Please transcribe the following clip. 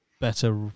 better